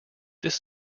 this